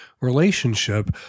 relationship